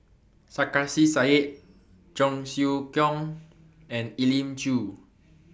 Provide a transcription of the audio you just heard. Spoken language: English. Sarkasi Said Cheong Siew Keong and Elim Chew